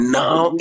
now